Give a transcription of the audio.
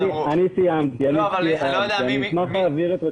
מדובר בעבודה קשה, ולא כולם יודעים את זה